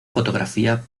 fotografía